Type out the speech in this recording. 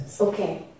Okay